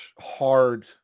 hard